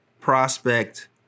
prospect